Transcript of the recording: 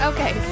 Okay